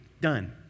done